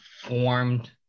formed